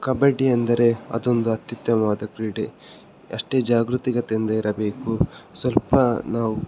ಕಬಡ್ಡಿ ಎಂದರೆ ಅದೊಂದು ಅತ್ಯುತ್ತಮವಾದ ಕ್ರೀಡೆ ಅಷ್ಟೇ ಜಾಗೃತಿಗತಿಯಿಂದ ಇರಬೇಕು ಸ್ವಲ್ಪ ನಾವು